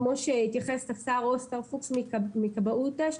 כמו שהתייחס טפסר משנה אוסקר פוקס מכבאות אש,